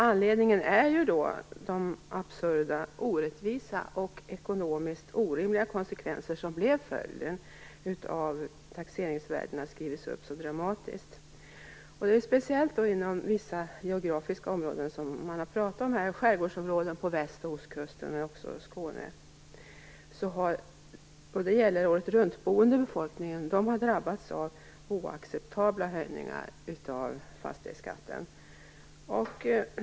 Anledningen är de absurda, orättvisa och ekonomiskt orimliga konsekvenser som blev följden av att taxeringsvärdena skrevs upp så dramatiskt. Detta gäller speciellt vissa geografiska områden, nämligen skärgårdsområden på väst och ostkusten och i Skåne. Där har de åretruntboende drabbats av oacceptabla höjningar av fastighetsskatten.